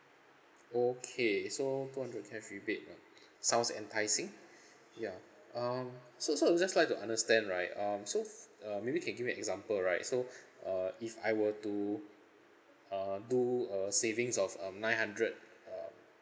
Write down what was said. okay so two hundred cash rebate ah sounds enticing ya um so so would just like to understand right um so f~ uh maybe you can give me example right so uh if I were to uh do a savings of um nine hundred uh